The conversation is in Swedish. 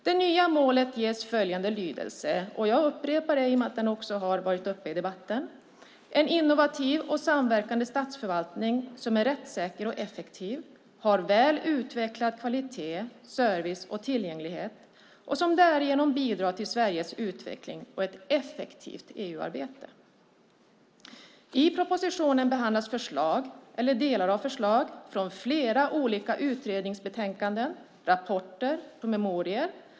Det nya målet ges följande lydelse - jag upprepar det eftersom målet har tagits upp i debatten: "En innovativ och samverkande statsförvaltning som är rättssäker och effektiv, har väl utvecklad kvalitet, service och tillgänglighet och som därigenom bidrar till Sveriges utveckling och ett effektivt EU-arbete." I propositionen behandlas förslag eller delar av förslag från flera olika utredningsbetänkanden, rapporter och promemorior.